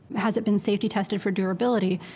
has it been safety-tested for durability?